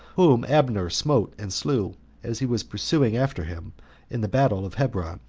whom abner smote and slew as he was pursuing after him in the battle of hebron,